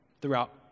throughout